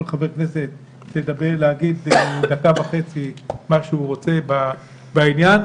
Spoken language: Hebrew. חבר כנסת להגיד בדקה וחצי מה שהוא רוצה בעניין.